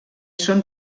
són